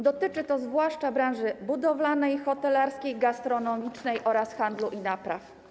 Dotyczy to zwłaszcza branży budowlanej, hotelarskiej, gastronomicznej oraz handlu i napraw.